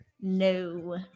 No